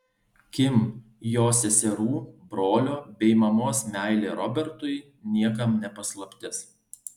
kim jos seserų brolio bei mamos meilė robertui niekam ne paslaptis